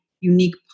unique